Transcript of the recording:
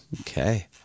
okay